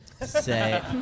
say